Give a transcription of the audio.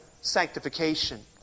sanctification